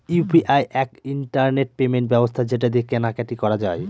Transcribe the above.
UPI এক internet payment ব্যবস্থা যেটা দিয়ে কেনা কাটি করা যায়